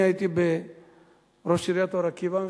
אני הייתי ראש עיריית אור-עקיבא.